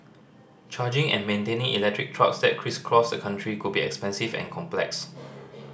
charging and maintaining electric trucks that crisscross the country could be expensive and complex